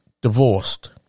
divorced